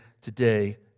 today